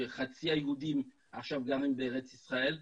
כשחצי מהיהודים עכשיו גרים בארץ ישראל,